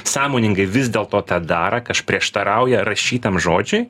sąmoningai vis dėl to tą dara kas prieštarauja rašytam žodžiui